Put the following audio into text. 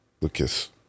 lucas